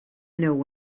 know